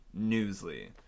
Newsly